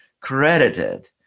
credited